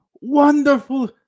wonderful